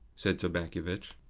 said sobakevitch.